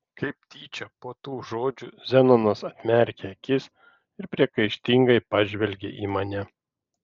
kaip tyčia po tų žodžių zenonas atmerkė akis ir priekaištingai pažvelgė į mane